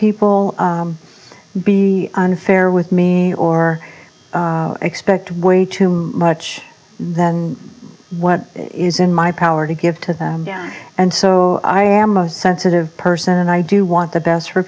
people be unfair with me or expect way too much than what is in my power to give to them and so i am most sensitive person and i do want the best for